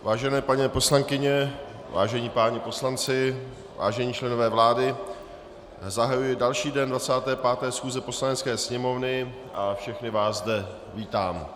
Vážené paní poslankyně, vážení páni poslanci, vážení členové vlády, zahajuji další den 25. schůze Poslanecké sněmovny a všechny vás zde vítám.